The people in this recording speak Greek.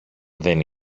δεν